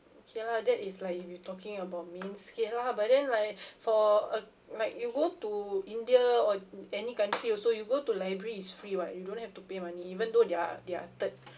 okay lah that is like if you talking about lah but then like for a like you go to india or any country also you go to library is free [what] you don't have to pay money even though they're they're third